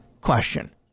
question